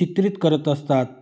चित्रित करत असतात